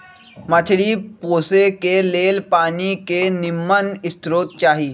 मछरी पोशे के लेल पानी के निम्मन स्रोत चाही